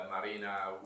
marina